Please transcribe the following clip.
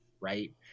right